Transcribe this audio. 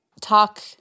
Talk